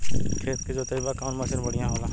खेत के जोतईला कवन मसीन बढ़ियां होला?